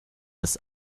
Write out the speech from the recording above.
des